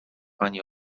ani